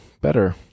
better